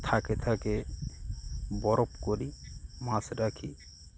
থাকে থাকে বরফ করি মাছ রাখি